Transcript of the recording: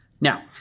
Now